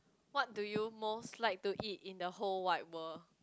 what do you most like to eat in the whole wide world